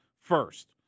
first